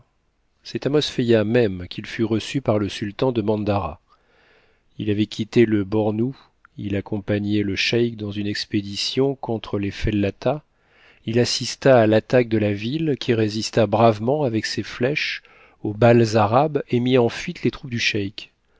c'est à mosfeia même quil fut reçu par le sultan du mandara il avait quitté le bornou il accompagnait le cheik dans une expédition contre les fellatahs il assista à l'attaque de la ville qui résista bravement avec ses flèches aux balles arabes et mit en fuite les troupes du